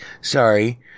sorry